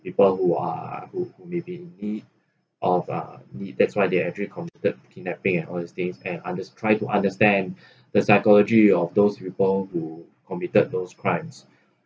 people who are who who maybe in need of uh the that's why they're actually committed kidnapping and all these things and unders~ try to understand the psychology of those people who committed those crimes